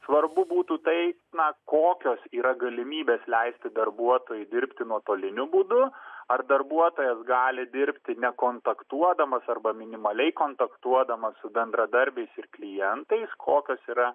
svarbu būtų tai na kokios yra galimybės leisti darbuotojui dirbti nuotoliniu būdu ar darbuotojas gali dirbti nekontaktuodamas arba minimaliai kontaktuodamas su bendradarbiais ir klientais kokios yra